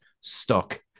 stuck